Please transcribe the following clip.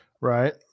Right